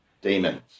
demons